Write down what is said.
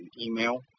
email